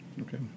Okay